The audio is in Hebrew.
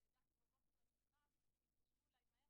ראש הממשלה ושר הרווחה לא מוכנים להביא